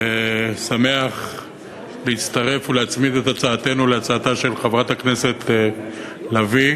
ושמח להצטרף ולהצמיד את הצעתנו להצעתה של חברת הכנסת לביא.